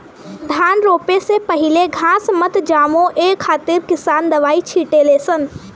धान रोपे के पहिले घास मत जामो ए खातिर किसान दवाई छिटे ले सन